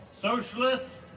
socialists